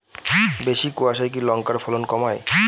বেশি কোয়াশায় কি লঙ্কার ফলন কমায়?